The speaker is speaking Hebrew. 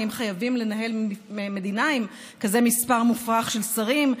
אם חייבים לנהל מדינה עם כזה מספר מופרך של שרים.